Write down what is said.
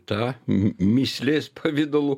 tą mįslės pavidalu